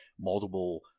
multiple